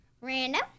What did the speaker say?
random